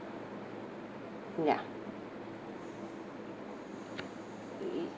ya